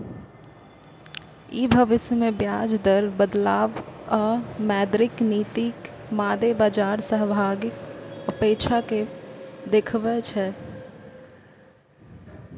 ई भविष्य मे ब्याज दर बदलाव आ मौद्रिक नीतिक मादे बाजार सहभागीक अपेक्षा कें देखबै छै